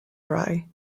dry